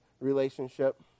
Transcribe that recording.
relationship